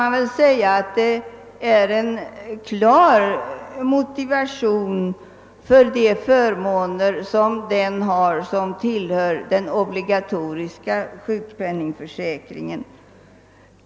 Jag vill emellertid hävda att det finns en klar motivation för de förmåner som utgår till dem som tillhör den obligatoriska sjukpenningförsäkringen.